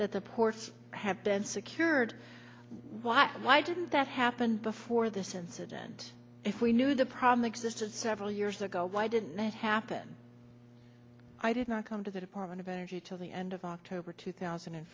that the ports have been secured why why didn't that happen before this incident if we knew the problem existed several years ago why didn't it happen i did not come to the department of energy till the end of october two thousand and